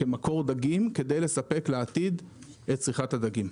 כמקור דגים כדי לספק לעתיד את צריכת הדגים.